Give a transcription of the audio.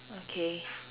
okay